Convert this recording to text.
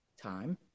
Time